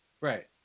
Right